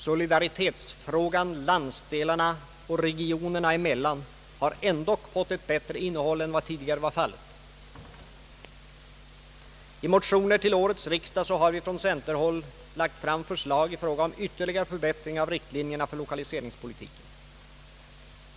Solidariteten landsdelarna och regionerna emellan har ändock fått ett bättre innehåll än tidigare var fallet. I motioner till årets riksdag har vi från centerhåll lagt fram förslag i fråga om ytterligare förbättring av riktlinjerna för lokaliseringspolitiken.